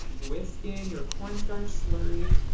whisk in your cornstarch slurry,